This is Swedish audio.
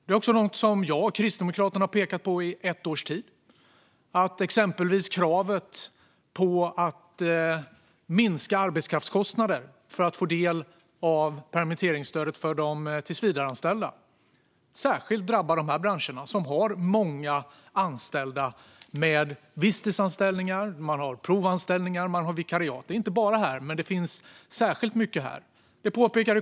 Det är också något som jag och Kristdemokraterna har pekat på i ett års tid. Det gäller exempelvis kravet på att minska arbetskraftskostnaden för att få del av permitteringsstödet för de tillsvidareanställda. Detta har särskilt drabbat de här branscherna, som har många anställda med visstidsanställningar, provanställningar och vikariat. Så är det inte bara i dessa branscher, men det finns särskilt mycket här.